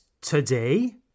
today